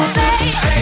say